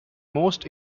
most